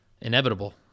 inevitable